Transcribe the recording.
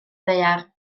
ddaear